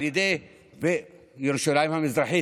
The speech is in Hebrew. ירושלים המערבית,